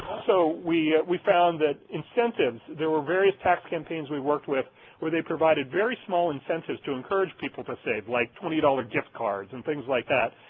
so we we found that incentives, there were various tax campaigns we worked with where they provided very small incentives to encourage people to save like twenty dollars gift cards and things like that.